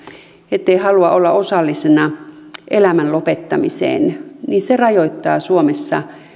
ettei halua olla osallisena elämän lopettamiseen niin se rajoittaa suomessa